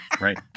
right